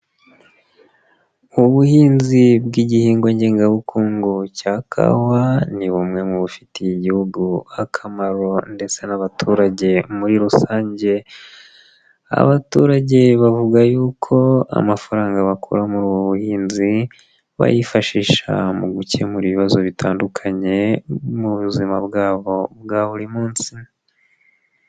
Ubuhinzi bw'igihingwa ngengabukungu cya kawa ni bumwe mu bifitiye Igihugu akamaro ndetse n'abaturage muri rusange. Abaturage bavuga yuko amafaranga bakura muri ubu buhinzi bayifashisha mu gukemura ibibazo bitandukanye mu buzima bwabo bwa buri munsi.